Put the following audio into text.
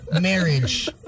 marriage